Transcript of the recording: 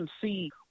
see